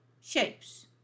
shapes